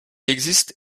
existe